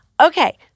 Okay